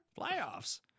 Playoffs